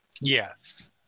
Yes